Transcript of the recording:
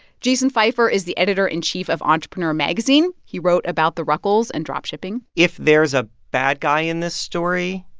jason feifer is the editor-in-chief of entrepreneur magazine. he wrote about the ruckels and drop shipping if there's a bad guy in this story,